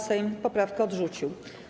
Sejm poprawkę odrzucił.